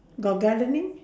got gardening